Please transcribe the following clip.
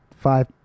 five